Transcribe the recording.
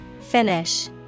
Finish